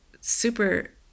super